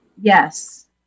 Yes